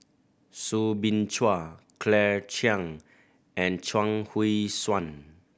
Soo Bin Chua Claire Chiang and Chuang Hui Tsuan